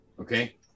Okay